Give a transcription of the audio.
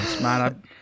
man